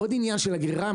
עוד עניין של הגרירה,